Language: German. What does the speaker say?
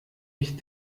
ich